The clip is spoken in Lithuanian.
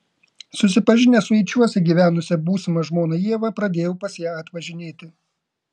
susipažinęs su eičiuose gyvenusia būsima žmona ieva pradėjau pas ją atvažinėti